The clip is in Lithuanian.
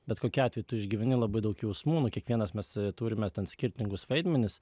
bet kokiu atveju tu išgyveni labai daug jausmųnu kiekvienas mes turime skirtingus vaidmenis